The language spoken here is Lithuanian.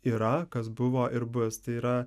yra kas buvo ir bus tai yra